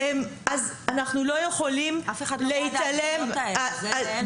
אז אנחנו לא יכולים --- אף אחד לא בעד ההפגנות האלה,